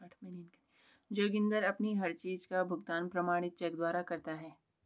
जोगिंदर अपनी हर चीज का भुगतान प्रमाणित चेक द्वारा करता है